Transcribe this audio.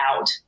out